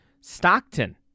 Stockton